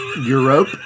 Europe